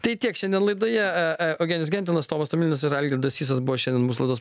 tai tiek šiandien laidoje eugenijus gentvilas tomas tomilinas ir algirdas sysas buvo šiandien mūsų laidos